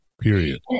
period